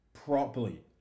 Properly